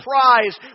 prize